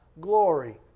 glory